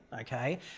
okay